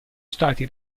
stati